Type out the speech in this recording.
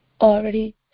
already